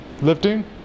lifting